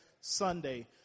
Sunday